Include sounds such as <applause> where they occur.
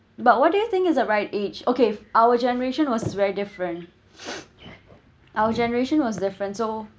but what do you think is the right age okay our generation was very different <breath> our generation was different so